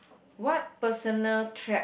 what personal trait